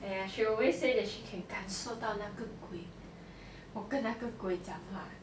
!aiya! she always say that she can 感受到那个鬼我跟那个鬼讲话